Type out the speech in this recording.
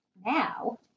now